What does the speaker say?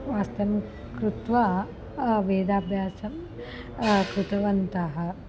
वास्तव्यं कृत्वा वेदाभ्यासं कृतवन्तः